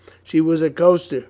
she was a coaster,